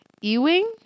Ewing